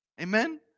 Amen